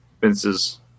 Vince's